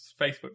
Facebook